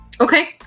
Okay